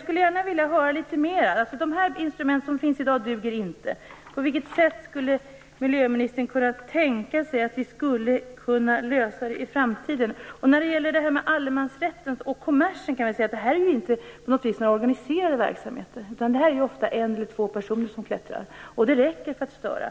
skulle gärna vilja höra litet mer. De instrument som finns i dag duger inte. På vilket sätt skulle miljöministern kunna tänka sig att vi skulle kunna lösa detta i framtiden? När det gäller detta med allemansrätten och kommersen kan man väl säga att det inte på något vis rör sig om organiserade verksamheter. Ofta är det en eller två personer som klättrar, men det räcker för att störa.